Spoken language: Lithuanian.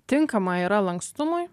tinkama yra lankstumui